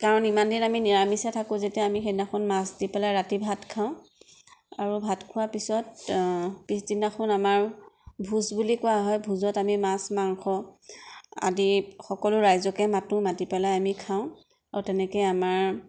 কাৰণ ইমানদিন আমি নিৰামিষে থাকোঁ যেতিয়া আমি সেইদিনাখন মাছ দি পেলাই ৰাতি ভাত খাওঁ আৰু ভাত খোৱা পিছত পিছদিনাখন আমাৰ ভোজ বুলি কোৱা হয় ভোজত আমি মাছ মাংস আদি সকলো ৰাইজকে মাতো মাতি পেলাই আমি খাওঁ আৰু তেনেকৈ আমাৰ